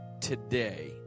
today